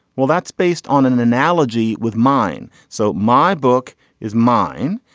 well that's based on an analogy with mine. so my book is mine.